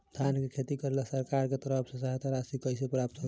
धान के खेती करेला सरकार के तरफ से सहायता राशि कइसे प्राप्त होइ?